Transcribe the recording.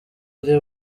ari